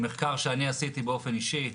ממחקר שעשיתי באופן אישי,